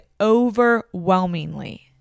overwhelmingly